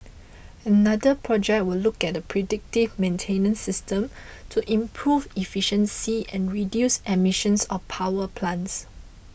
another project will look at a predictive maintenance system to improve efficiency and reduce emissions of power plants